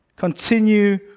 Continue